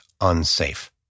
unsafe